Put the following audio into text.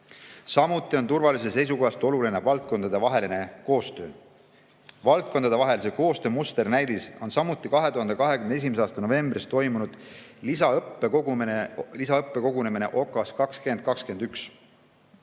Samuti on turvalisuse seisukohast oluline valdkondadevaheline koostöö. Valdkondadevahelise koostöö musternäidis on samuti 2021. aasta novembris toimunud lisaõppekogunemine "Okas 2021".